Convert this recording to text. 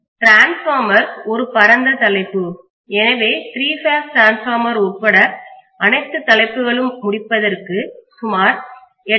transformer ஒரு பரந்த தலைப்பு எனவே திரி பேஸ் டிரான்ஸ்பார்மர் உட்பட அனைத்து தலைப்புகளும் முடிப்பதற்கு சுமார் 8